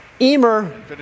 Emer